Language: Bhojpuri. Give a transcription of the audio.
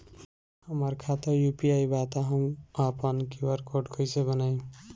हमार खाता यू.पी.आई बा त हम आपन क्यू.आर कोड कैसे बनाई?